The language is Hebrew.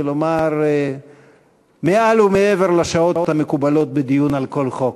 כלומר מעל ומעבר לשעות המקובלות בדיון על כל חוק.